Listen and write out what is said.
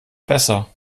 besser